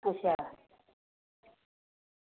अच्छा